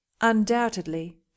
undoubtedly